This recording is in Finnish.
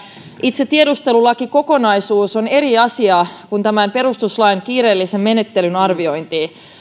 itse tiedustelulakikokonaisuus on eri asia kuin tämän perustuslain kiireellisen menettelyn arviointi